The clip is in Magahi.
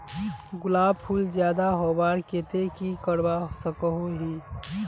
गुलाब फूल ज्यादा होबार केते की करवा सकोहो ही?